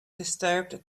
disturbed